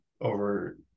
over